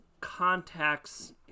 contacts